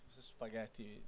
Spaghetti